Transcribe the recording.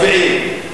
מצביעים.